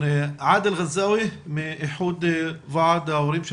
לצערנו עד היום אין אפילו רשימות לעירייה של